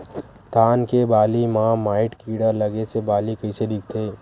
धान के बालि म माईट कीड़ा लगे से बालि कइसे दिखथे?